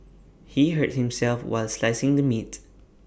he hurt himself while slicing the meat